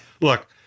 Look